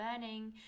burning